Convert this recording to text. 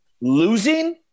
Losing